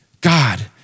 God